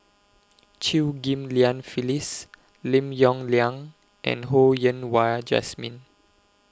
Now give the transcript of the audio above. Chew Ghim Lian Phyllis Lim Yong Liang and Ho Yen Wah Jesmine